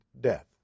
death